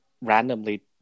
randomly